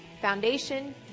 foundation